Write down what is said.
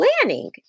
planning